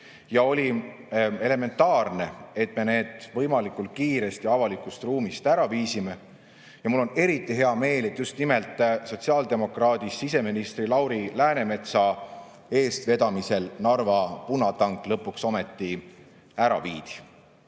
ja oli elementaarne, et me need võimalikult kiiresti avalikust ruumist ära viisime. Ja mul on eriti hea meel, et just nimelt sotsiaaldemokraadist siseministri Lauri Läänemetsa eestvedamisel Narva punatank lõpuks ometi ära viidi. Aga